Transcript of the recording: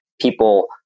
people